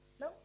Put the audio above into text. no